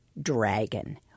dragon